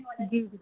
جی جی